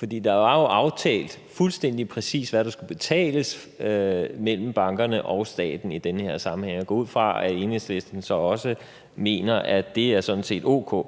der var jo aftalt, fuldstændig præcis hvad der skulle betales, mellem bankerne og staten i den her sammenhæng, og jeg går ud fra, at Enhedslisten så også mener, at det sådan set er o.k. Men